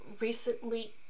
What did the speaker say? recently